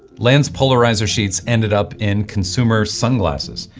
land's polarizer sheets ended up in consumer sunglasses,